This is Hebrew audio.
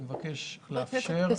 אני מבקש לאפשר לנציג --- חבר הכנסת כסיף,